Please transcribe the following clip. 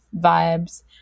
vibes